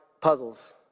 puzzles